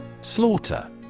Slaughter